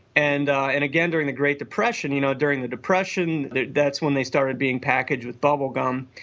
and ah and again during the great depression. you know during the depression that's when they started being packaged with bubblegum.